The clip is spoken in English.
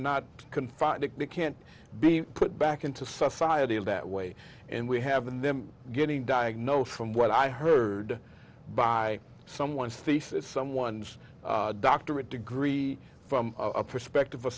not confined to the can't be put back into society is that way and we haven't them getting diagnosed from what i heard by someone's thesis someone's doctorate degree from a perspective of